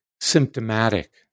symptomatic